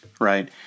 right